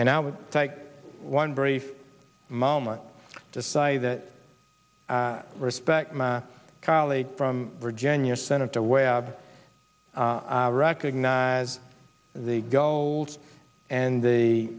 and i would like one brief moment to say that respect my colleague from virginia senator webb recognize the goals and the